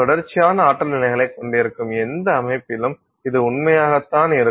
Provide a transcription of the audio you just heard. தொடர்ச்சியான ஆற்றல் நிலைகளைக் கொண்டிருக்கும் எந்த அமைப்பிலும் இது உண்மையாக தான் இருக்கும்